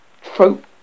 Throat